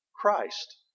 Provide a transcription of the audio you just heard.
Christ